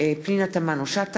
מוחמד ברכה,